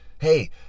Hey